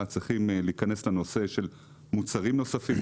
צריכים להיכנס לנושא של מוצרים נוספים,